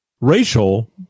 Rachel